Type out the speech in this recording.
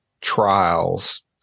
trials